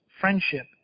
friendship